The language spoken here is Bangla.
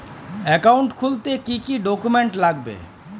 অ্যাকাউন্ট খুলতে কি কি ডকুমেন্ট লাগবে?